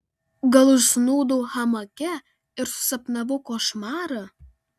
gal užsnūdau hamake ir susapnavau košmarą